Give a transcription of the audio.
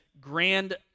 grand